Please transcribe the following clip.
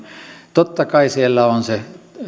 totta kai siellä on se